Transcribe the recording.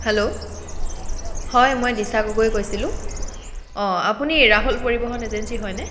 hello হয় মই দিশা গগৈয়ে কৈছিলোঁ অঁ আপুনি ৰাহুল পৰিৱহণ এজেঞ্চি হয়নে